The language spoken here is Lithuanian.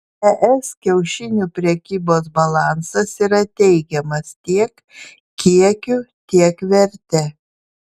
es kiaušinių prekybos balansas yra teigiamas tiek kiekiu tiek verte